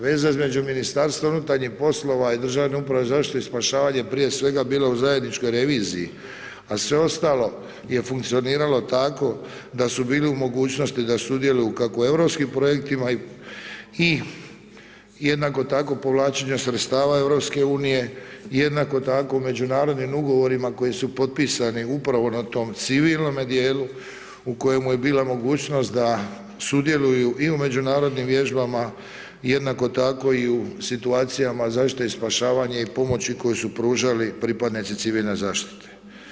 Veza između MUP-a i Državnu upravu za zaštitu i spašavanje prije svega bilo je u zajedničkoj reviziji a sve ostalo je funkcioniralo tako da su bili u mogućnosti da sudjeluju kako u europskim projektima i jednako tako povlačenju sredstava EU-a, jednako tako u međunarodnim ugovorima koji su potpisani upravo na tom civilnom djelu u kojemu je bila mogućnost da sudjeluju i u međunarodnim vježbama, jednako tako i u situacijama zaštite i spašavanje i pomoći koju su pružali pripadnici civilne zaštite.